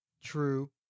True